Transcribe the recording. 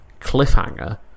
cliffhanger